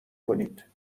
کنید